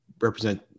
represent